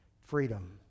freedom